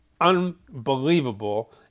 unbelievable